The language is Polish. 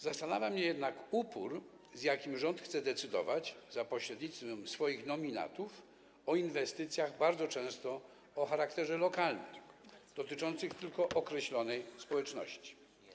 Zastanawia mnie jednak upór, z jakim rząd chce decydować za pośrednictwem swoich nominatów o inwestycjach o charakterze bardzo często lokalnym, dotyczących tylko określonej społeczności.